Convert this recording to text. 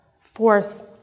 force